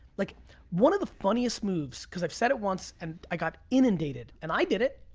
like one of the funniest moves, cause i've said it once, and i got inundated. and i did it,